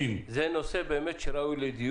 מישהו רוצה לתת לנו רקע לפתיחת